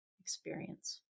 experience